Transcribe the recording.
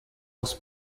was